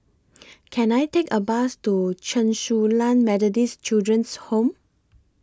Can I Take A Bus to Chen Su Lan Methodist Children's Home